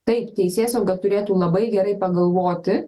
taip teisėsauga turėtų labai gerai pagalvoti